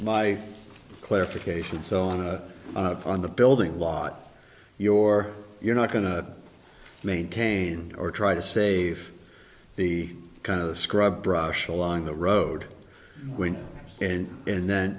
my clarification so on the building lot your you're not going to maintain or try to save the kind of scrub brush along the road when and then